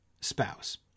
spouse